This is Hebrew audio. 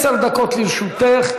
עשר דקות לרשותך.